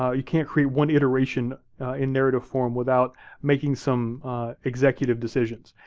ah you can't create one iteration in narrative form without making some executive decisions.